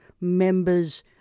members